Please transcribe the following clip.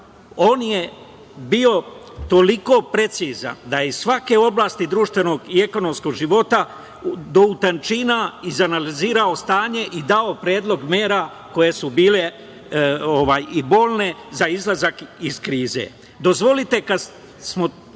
On je bio toliko precizan da je iz svake oblasti društvenog i ekonomskog života do utančina izanalizirao stanje i dao predlog mera koje su bile i bolne za izlazak iz